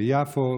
ביפו,